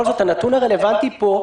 הנתון הרלוונטי פה,